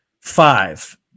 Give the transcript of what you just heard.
five